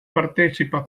partecipa